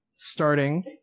Starting